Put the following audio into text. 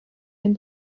den